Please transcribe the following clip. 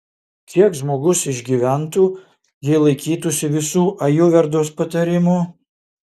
kiek žmogus išgyventų jei laikytųsi visų ajurvedos patarimų